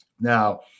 Now